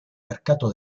mercato